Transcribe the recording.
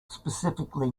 specifically